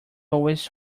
always